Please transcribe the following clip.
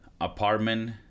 apartment